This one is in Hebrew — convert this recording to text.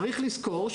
צריך לזכור,